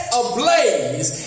ablaze